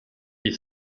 est